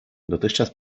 dotychczas